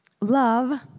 Love